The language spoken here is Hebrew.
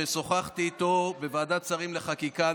ששוחחתי איתו בוועדת השרים לחקיקה.